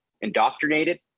indoctrinated